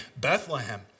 Bethlehem